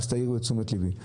אז תעירו את תשומת לבי.